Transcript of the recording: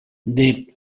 desprèn